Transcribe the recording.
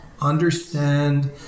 understand